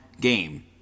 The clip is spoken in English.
game